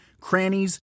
crannies